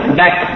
back